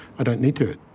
i don't need to.